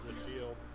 shield